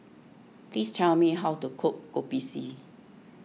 please tell me how to cook Kopi C